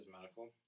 medical